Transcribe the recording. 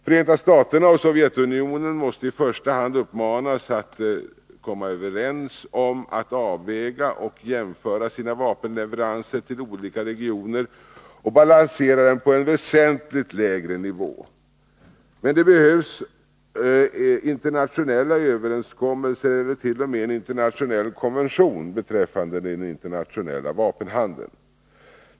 Förenta staterna och Sovjetunionen måste i första hand uppmanas att komma överens om att avväga och jämföra sina vapenleveranser till olika regioner och balansera dem på väsentligt lägre nivåer. Men det behövs internationella överenskommelser eller t.o.m. en internationell konvention beträffande den internationella vapenhandeln.